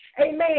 amen